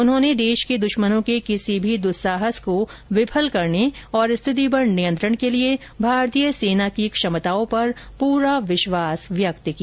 उन्होंने देश के दुश्मनों के किसी भी दुस्साहस को विफल करने और स्थिति पर नियंत्रण के लिए भारतीय सेना की क्षमताओं पर पूरा विश्वास व्यक्त किया